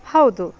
ಹೌದು